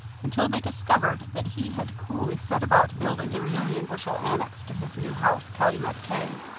until they discovered that he had coolly set about building a million-bushel annex to his new house, calumet k.